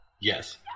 Yes